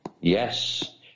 Yes